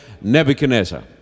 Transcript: Nebuchadnezzar